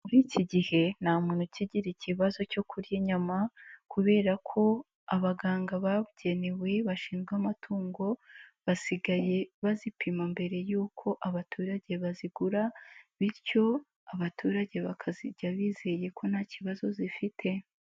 Muri iki gihe nta muntu ukigira ikibazo cyo kurya inyama kubera ko abaganga babugenewe bashinzwe amatungo, basigaye bazipima mbere yuko abaturage bazigura bityo abaturage bakazirya bizeye ko nta kibazo zifite.